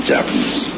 Japanese